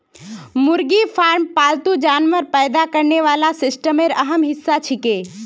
मुर्गी फार्म पालतू जानवर पैदा करने वाला सिस्टमेर अहम हिस्सा छिके